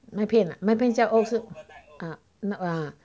麦片麦片叫 oat ah err ah